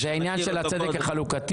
זה העניין של הצדק החלוקתי.